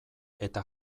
eta